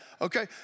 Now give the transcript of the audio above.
okay